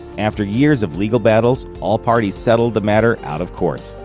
after years of legal battles, all parties settled the matter out of court.